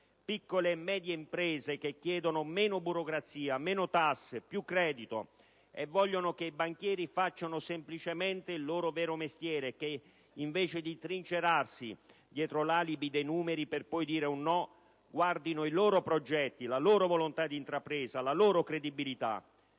piccole e medie imprese che chiedono meno burocrazia, meno tasse, più credito e vogliono che i banchieri facciano semplicemente il loro vero mestiere e che, invece di trincerarsi dietro l'alibi dei numeri per poi dire un no, guardino i loro progetti, la loro volontà di intrapresa, la loro credibilità;